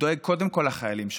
דואג קודם כול לחיילים שלו,